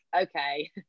okay